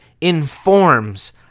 informs